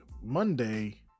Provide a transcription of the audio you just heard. Monday